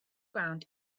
ground